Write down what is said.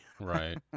Right